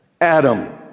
Adam